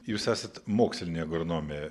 jūs esat mokslinė agronomė